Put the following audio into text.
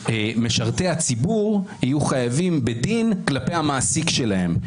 שמשרתי הציבור יהיו חייבים בדין כלפי המעסיק שלהם,